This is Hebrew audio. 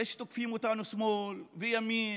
זה שתוקפים אותנו, שמאל וימין: